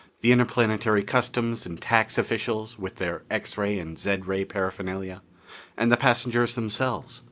the interplanetary customs and tax officials with their x-ray and zed-ray paraphernalia and the passengers themselves,